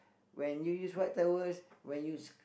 when you use white towels when you